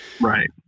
Right